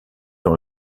dans